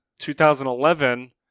2011